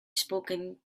spoken